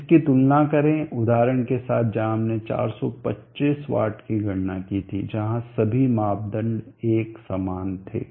इसकी तुलना करें उदाहरण के साथ जहां हमने 425 वाट की गणना की थी जहाँ सभी मापदंडों एक समान थे